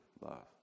love